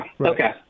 okay